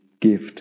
gift